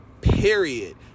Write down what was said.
period